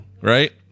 right